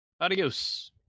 Adios